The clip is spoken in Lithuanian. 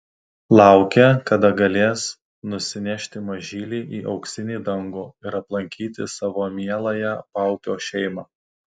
laukė kada galės nusinešti mažylį į auksinį dangų ir aplankyti savo mieląją paupio šeimą